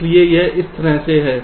इसलिए यह इस तरह से है